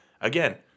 Again